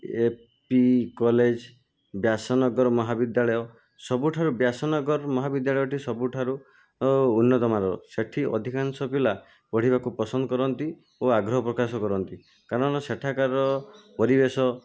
ଏ P college Byasanagar ମହାବିଦ୍ୟାଳୟ ସବୁଠାରୁ ବ୍ୟାସନଗର ମହାବିଦ୍ୟାଳୟଟି ସବୁଠାରୁ ଉନ୍ନତମାନର ସେଠି ଅଧିକାଂଶ ପିଲା ପଢ଼ିବାକୁ ପସନ୍ଦ କରନ୍ତି ଓ ଆଗ୍ରହ ପ୍ରକାଶ କରନ୍ତି କାରଣ ସେଠାକାର ପରିବେଶ